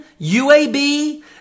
UAB